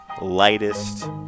lightest